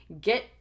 get